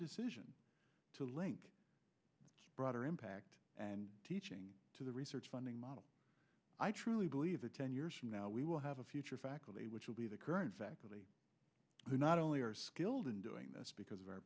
decision to link broader impact and teaching to the research funding model i truly believe that ten years from now we will have a future faculty which will be the current faculty who not only are skilled in doing this because of our